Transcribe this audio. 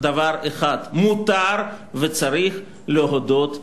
דבר אחד: מותר וצריך להודות בטעויות.